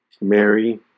Mary